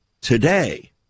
Today